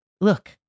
look